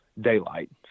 daylight